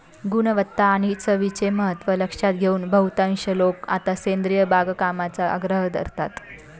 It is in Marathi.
गुणवत्ता आणि चवीचे महत्त्व लक्षात घेऊन बहुतांश लोक आता सेंद्रिय बागकामाचा आग्रह धरतात